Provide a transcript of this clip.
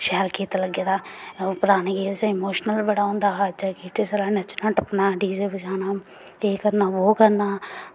शैल गीत लग्गे दा पराने गीत च नच्चना बड़ा होंदा हा पर अज्ज दे गाने च नच्चना टप्पना डीजे बजाना एह् करना वो करना